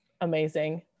amazing